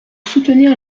soutenir